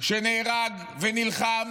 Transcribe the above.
שנהרג ונלחם,